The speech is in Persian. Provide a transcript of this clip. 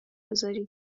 بذاری